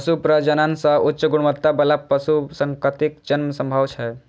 पशु प्रजनन सं उच्च गुणवत्ता बला पशु संततिक जन्म संभव छै